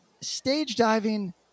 stage-diving